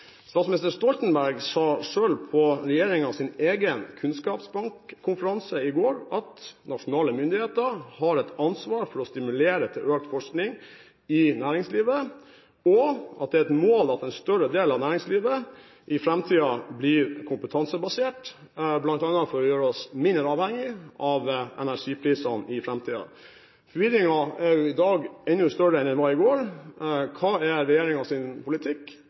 Statsminister Stoltenberg sa selv på regjeringens egen kunnskapsbankkonferanse i vår at nasjonale myndigheter har et ansvar for å stimulere til økt forskning i næringslivet, og at det er et mål at en større del av næringslivet i framtiden blir kompetansebasert, bl.a. for å gjøre oss mindre avhengig av energiprisene i framtiden. Forvirringen i dag er enda større enn den var i går. Hva er regjeringens politikk?